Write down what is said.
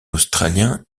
australien